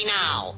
now